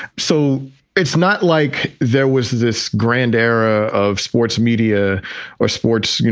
so it's not like there was this grand era of sports, media or sports, you